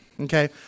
okay